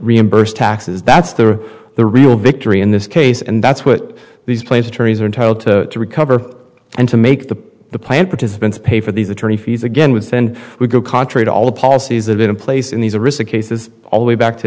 reimbursed taxes that's the the real victory in this case and that's what these plans attorneys are entitled to to recover and to make the the plan participants pay for these attorney fees again with then we go contrary to all the policies that in place in these arista cases all the way back to